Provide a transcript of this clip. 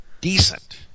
decent